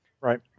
Right